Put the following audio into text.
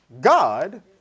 God